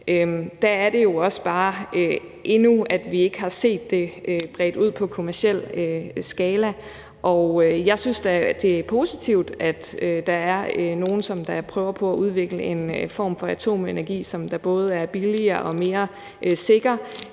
Der er det jo også bare sådan, at vi endnu ikke har set det blive bredt ud på kommerciel skala. Jeg synes da, det er positivt, at der er nogle, som prøver at udvikle en form for atomenergi, som både er billigere og mere sikker